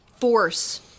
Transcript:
force